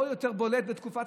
העשיר לא מרגיש את העני,